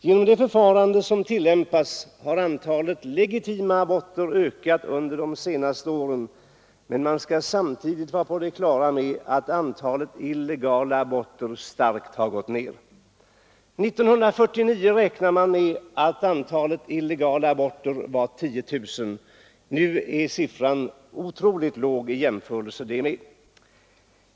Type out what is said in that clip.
Genom det förfarande som tillämpas har antalet legitima aborter ökat under de senaste åren, men man skall samtidigt vara på det klara med att antalet illegala aborter starkt har gått ned. År 1949 räknade man med att antalet illegala aborter var 10 000. Nu är siffran otroligt låg i jämförelse med detta antal.